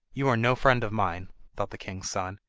you are no friend of mine thought the king's son,